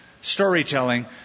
storytelling